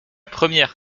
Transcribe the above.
première